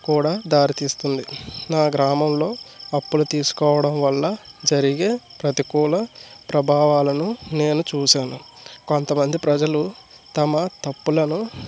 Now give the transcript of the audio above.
కూడా దారితీస్తుంది నా గ్రామంలో అప్పులు తీసుకోవడం వల్ల జరిగే ప్రతికూల ప్రభావాలను నేను చూసాను కొంతమంది ప్రజలు తమ తప్పులను